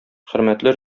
хөрмәтле